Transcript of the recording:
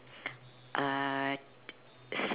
uh